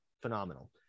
phenomenal